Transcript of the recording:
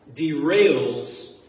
derails